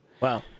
wow